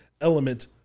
element